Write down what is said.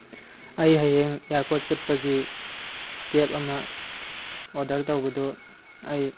ꯑꯩ ꯍꯌꯦꯡ ꯑꯦꯌꯥꯔꯄꯣꯔꯠ ꯆꯠꯄꯒꯤ ꯀꯦꯐ ꯑꯃ ꯑꯣꯗꯔ ꯇꯧꯕꯗꯨ ꯑꯩ